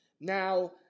Now